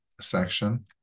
section